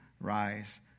rise